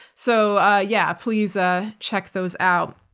so ah yeah, please ah check those out.